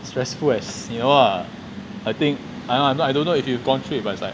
stressful as you know lah I think I I don't I don't know if you've gone through it but it's like